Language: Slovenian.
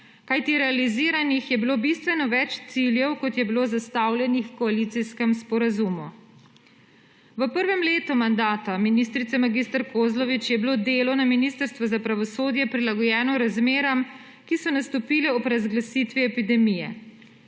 kajti realiziranih je bilo bistveno več ciljev kot je bilo zastavljenih v koalicijskem sporazumu. V prvem letu mandata ministrice mag. Kozlovič je bilo delo na Ministrstvu za pravosodje prilagojeno razmeram, ki so nastopile ob razglasitvi epidemije.